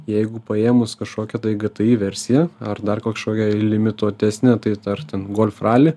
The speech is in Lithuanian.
jeigu paėmus kažkokią tai gti versija ar dar kažkokią limituotesnę tai dar ten golf raly